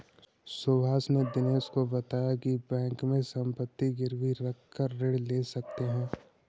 सुभाष ने दिनेश को बताया की बैंक में संपत्ति गिरवी रखकर ऋण ले सकते हैं